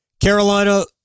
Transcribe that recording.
Carolina